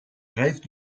rêve